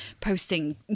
posting